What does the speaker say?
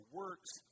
works